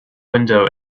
window